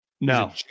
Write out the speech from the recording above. No